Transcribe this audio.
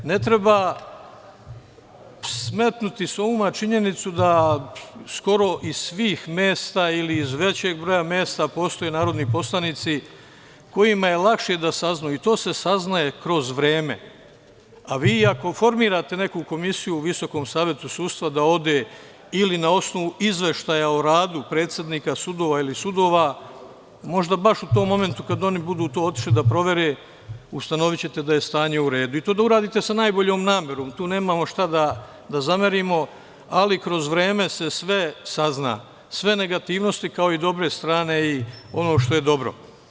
Ne treba smetnuti sa uma činjenicu da skoro iz svih mesta ili iz većeg broja mesta postoje narodni poslanici kojima je lakše da saznaju i to se saznaje kroz vreme, a vi ako formirate neku komisiju u Visokom savetu sudstva da ode ili na osnovu izveštaja o radu predsednika sudova ili sudova, možda baš u tom momentu kad oni budu to otišli da provere, ustanovićete da je stanje u redu i to da uradite sa najboljom namerom, tu nemamo šta da zamerimo, ali kroz vreme se sve sazna, sve negativnosti, kao i dobre strane i ono što je dobro.